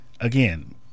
again